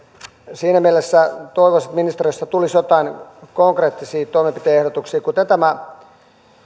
siinä mielessä toivoisin että ministeriöstä tulisi jotain konkreettisia toimenpide ehdotuksia kuten tämä